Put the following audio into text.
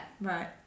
Right